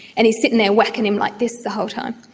and he's sitting there whacking him like this the whole time.